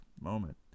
moment